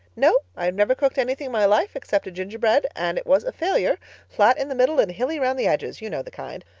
no, i never cooked anything in my life except a gingerbread and it was a failure flat in the middle and hilly round the edges. you know the kind.